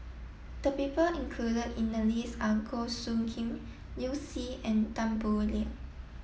the people included in the list are Goh Soo Khim Liu Si and Tan Boo Liat